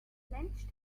clenched